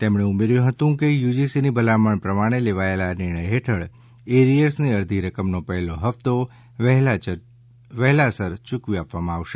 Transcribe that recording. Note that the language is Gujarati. તેમણે ઉમેર્યું હતું કે યુજીસી ની ભલામણ પ્રમાણે લેવાયેલા આ નિર્ણય હેઠળ એરિયર્સની અર્ધી રકમ નો પહેલો હપ્તો વહેલાસર યૂકવી આપવામાં આવશે